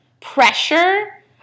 pressure